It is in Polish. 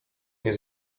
nie